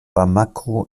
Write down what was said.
bamako